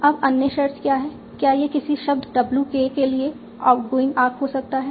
अब अन्य शर्त क्या है क्या यह किसी शब्द w k के लिए आउटगोइंग आर्क हो सकता है